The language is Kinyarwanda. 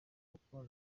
kuko